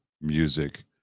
music